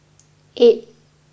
eight